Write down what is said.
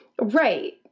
right